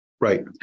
Right